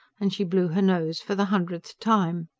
and she blew her nose for the hundredth time.